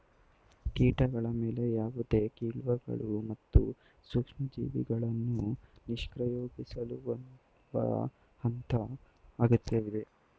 ಕೀಟಗಳ ಮೇಲೆ ಯಾವುದೇ ಕಿಣ್ವಗಳು ಮತ್ತು ಸೂಕ್ಷ್ಮಜೀವಿಗಳನ್ನು ನಿಷ್ಕ್ರಿಯಗೊಳಿಸುವ ಹಂತ ಅಗತ್ಯವಿದೆ